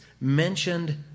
mentioned